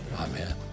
amen